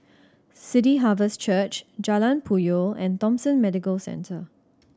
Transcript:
City Harvest Church Jalan Puyoh and Thomson Medical Centre